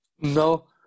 No